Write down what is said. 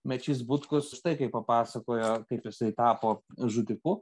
mečys butkus štai kaip papasakojo kaip jisai tapo žudiku